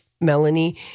Melanie